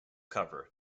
cover